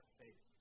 faith